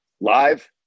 live